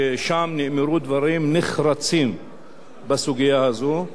שם נאמרו דברים נחרצים בסוגיה הזו,